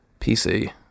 PC